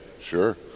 Sure